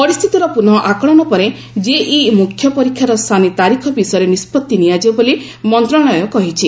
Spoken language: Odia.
ପରିସ୍ଥିତିର ପୁନଃ ଆକଳନ ପରେ ଜେଇଇ ମୁଖ୍ୟ ପରୀକ୍ଷାର ସାନି ତାରିଖ ବିଷୟରେ ନିଷ୍କଭି ନିଆଯିବ ବୋଲି ମନ୍ତ୍ରଣାଳୟ କହିଛି